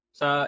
sa